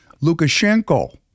Lukashenko